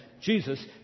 Jesus